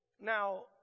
Now